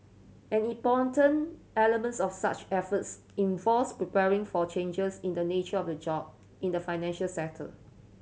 an important element of such efforts involves preparing for changes in the nature of the job in the financial sector